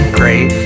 great